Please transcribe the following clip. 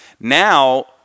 now